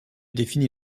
définit